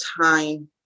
time